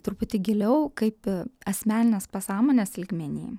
truputį giliau kaip asmeninės pasąmonės lygmenyj